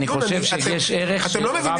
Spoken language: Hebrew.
אני חושב שיש ערך שרב ------ אתם לא מבינים